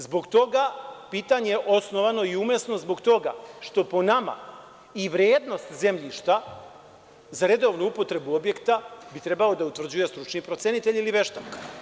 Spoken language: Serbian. Zbog toga pitanje je osnovano i umesno zbog toga što po nama i vrednost zemljišta za redovnu upotrebu objekta bi trebao da utvrđuje stručni procenitelj ili veštak.